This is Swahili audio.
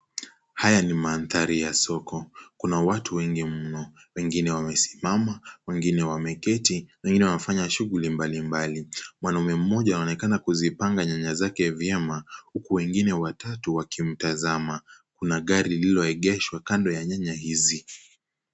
Haya ni mandhari ya soko, kuna watu wengi mno, wengine wamesimama, wengine wameketi na wengine wanafanya shughuli mbalimbali, mwanaume mmoja anaonekana kuzipanga nyanya zake vyema huku wengine watatu wakimtazama, kuna gari lililoegeshwa kando ya nyanya hizi.